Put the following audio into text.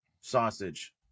Sausage